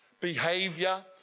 behavior